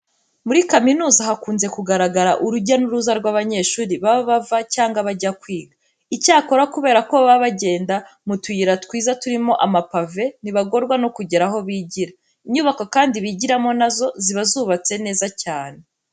Muri kaminuza hakunze kugaragara urujya n'uruza rw'abanyeshuri baba bava cyangwa bajya kwiga. Icyakora kubera ko baba bagenda mu tuyira twiza turimo amapave ntibagorwa no kugera aho bigira. Inyubako kandi bigiramo na zo ziba zubatse neza cyane.